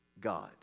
God